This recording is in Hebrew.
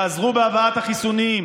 תעזרו בהבאת החיסונים,